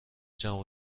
جمع